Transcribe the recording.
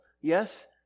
yes